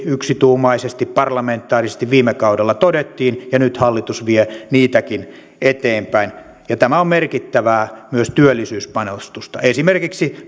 yksituumaisesti parlamentaarisesti viime kaudella todettiin ja nyt hallitus vie niitäkin eteenpäin tämä on myös merkittävää työllisyyspanostusta esimerkiksi